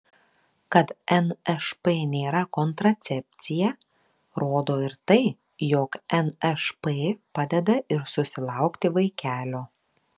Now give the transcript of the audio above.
kad nšp nėra kontracepcija rodo ir tai jog nšp padeda ir susilaukti vaikelio